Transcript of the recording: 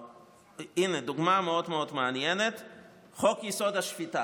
הינה דוגמה מאוד מאוד מעניינת, חוק-יסוד: השפיטה.